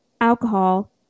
alcohol